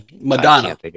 Madonna